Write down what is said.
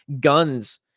guns